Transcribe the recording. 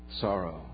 sorrow